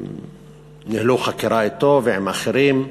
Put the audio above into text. ניהלו חקירה אתו ועם אחרים,